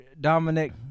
Dominic